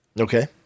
okay